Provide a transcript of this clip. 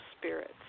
spirits